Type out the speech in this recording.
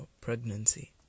pregnancy